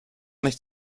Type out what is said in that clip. nicht